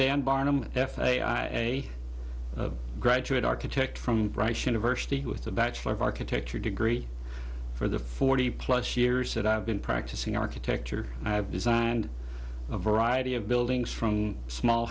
dan barnum an f a i am a graduate architect from rice university with a bachelor of architecture degree for the forty plus years that i've been practicing architecture i've designed a variety of buildings from small